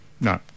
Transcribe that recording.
No